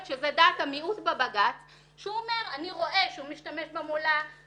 שזה דעת המיעוט בבג"ץ שהוא אומר: אני רואה שהוא משתמש במילה